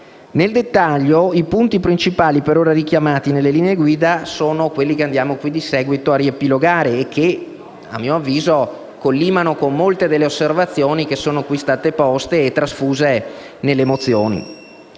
Nel dettaglio, i punti principali per ora richiamati nelle linee guida sono quelli che andiamo qui di seguito a riepilogare e che, a mio avviso, collimano con molte delle osservazioni che qui sono state poste e trasfuse nelle mozioni.